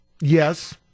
yes